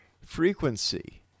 frequency